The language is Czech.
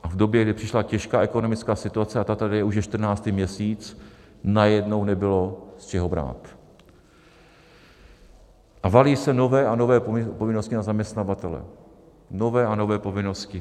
A v době, kdy přišla těžká ekonomická situace, a ta tady je už 14. měsíc, najednou nebylo z čeho brát a valí se nové a nové povinnosti na zaměstnavatele, nové a nové povinnosti.